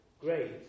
Great